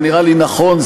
זה נראה לי נכון,